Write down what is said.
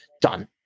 done